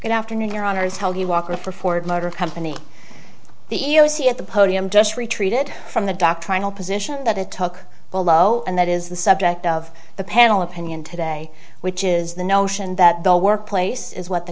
good afternoon your honor is how you walk or for ford motor company the e e o c at the podium just retreated from the doctrinal position that it took below and that is the subject of the panel opinion today which is the notion that the workplace is what the